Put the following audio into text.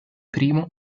primo